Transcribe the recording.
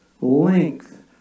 length